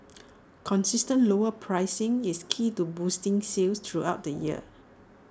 consistent lower pricing is key to boosting sales throughout the year